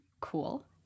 Cool